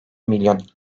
milyon